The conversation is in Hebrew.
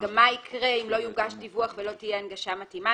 וגם מה יקרה אם לא יוגש דיווח ולא תהיה הנגשה מתאימה,